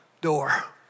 door